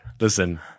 listen